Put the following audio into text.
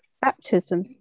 baptism